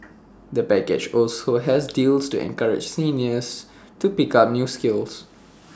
the package also has deals to encourage seniors to pick up new skills